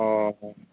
অঁ